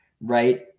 right